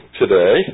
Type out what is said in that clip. today